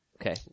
Okay